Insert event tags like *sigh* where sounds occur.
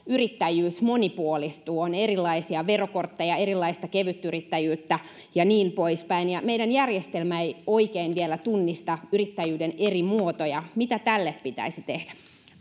*unintelligible* yrittäjyys monipuolistuu on erilaisia verokortteja erilaista kevytyrittäjyyttä ja niin pois päin ja meidän järjestelmä ei oikein vielä tunnista yrittäjyyden eri muotoja mitä tälle pitäisi tehdä